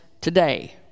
today